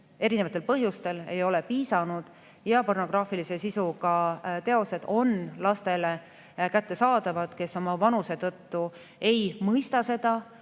erinevatel põhjustel ei ole piisanud ja pornograafilise sisuga teosed on kättesaadavad lastele, kes oma vanuse tõttu ei mõista seda